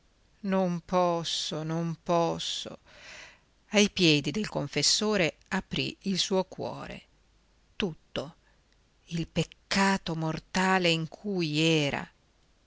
non posso non posso ai piedi del confessore aprì il suo cuore tutto il peccato mortale in cui era